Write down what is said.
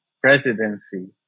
presidency